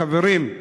חברים,